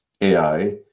AI